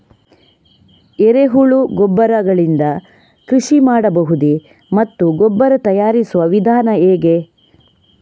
ಎರೆಹುಳು ಗೊಬ್ಬರ ಗಳಿಂದ ಕೃಷಿ ಮಾಡಬಹುದೇ ಮತ್ತು ಗೊಬ್ಬರ ತಯಾರಿಸುವ ವಿಧಾನ ಹೇಗೆ?